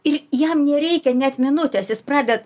ir jam nereikia net minutės jis praded